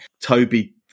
toby